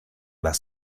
las